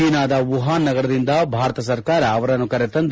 ಚೀನಾದ ವುಹಾನ್ ನಗರದಿಂದ ಭಾರತ ಸರ್ಕಾರ ಅವರನ್ನು ಕರೆತಂದು